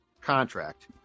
contract